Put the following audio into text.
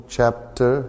chapter